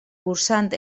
cursant